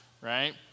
right